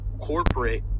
corporate